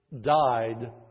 died